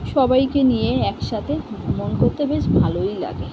সবাইকে নিয়ে একসাথে ভ্রমণ করতে বেশ ভালোই লাগে